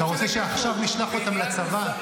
אתה רוצה שעכשיו נשלח אותם לצבא?